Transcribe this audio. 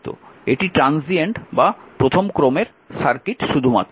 এটি ট্রানজিয়েন্ট বা প্রথম ক্রমের সার্কিট শুধুমাত্র